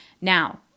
now